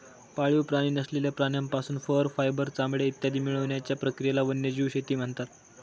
पाळीव प्राणी नसलेल्या प्राण्यांपासून फर, फायबर, चामडे इत्यादी मिळवण्याच्या प्रक्रियेला वन्यजीव शेती म्हणतात